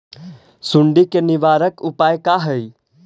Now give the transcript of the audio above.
सुंडी के निवारक उपाय का हई?